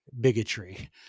bigotry